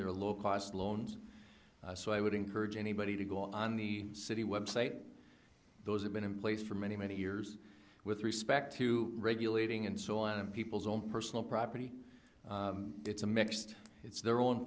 are low cost loans so i would encourage anybody to go on the city website those have been in place for many many years with respect to regulating and so a lot of people's own personal property it's a mixed it's their own